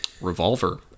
revolver